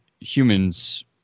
humans